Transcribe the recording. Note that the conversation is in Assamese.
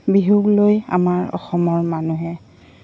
বিহুক লৈ আমাৰ অসমৰ মানুহে